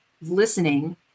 listening